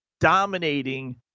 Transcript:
dominating